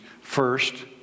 First